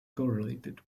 correlated